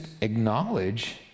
acknowledge